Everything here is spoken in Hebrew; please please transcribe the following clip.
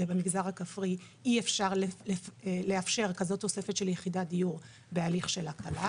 במגזר הכפרי אי-אפשר לאפשר כזו תוספת של יחידת דיור בהליך של הכלה.